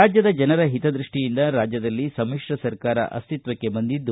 ರಾಜ್ಯದ ಜನರ ಹಿತದೃಷ್ಷಿಯಿಂದ ರಾಜ್ಯದಲ್ಲಿ ಸಮಿಶ್ರ ಸರ್ಕಾರ ಅಸ್ತಿತ್ವಕ್ಕೆ ಬಂದಿದೆ